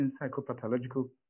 psychopathological